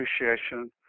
appreciation